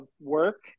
work